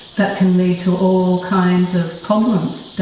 that can lead to all kinds of problems